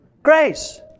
Grace